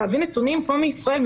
להביא נתונים פה מישראל,